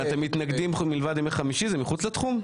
ימי חמישי הם מחוץ לתחום?